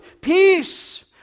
Peace